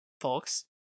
folks